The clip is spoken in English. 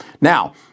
Now